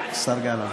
השר גלנט,